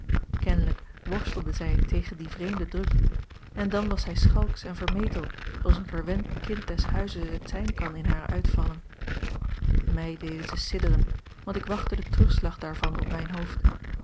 kenlijk worstelde zij tegen dien vreemden druk en dan was zij schalksch en vermetel zooals een verwend kind des huizes het zijn kan in hare uitvallen mij deden ze sidderen want ik wachtte den terugslag daarvan op mijn hoofd